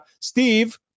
Steve